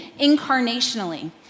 incarnationally